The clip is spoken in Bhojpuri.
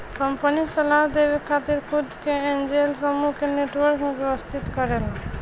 कंपनी सलाह देवे खातिर खुद के एंजेल समूह के नेटवर्क में व्यवस्थित करेला